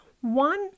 one